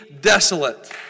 desolate